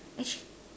actually